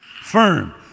firm